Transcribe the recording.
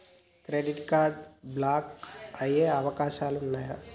Credit card block అయ్యే అవకాశాలు ఉన్నయా?